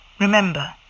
Remember